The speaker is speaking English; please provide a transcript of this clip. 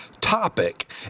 topic